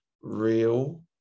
real